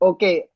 Okay